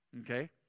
okay